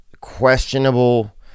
questionable